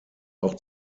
auch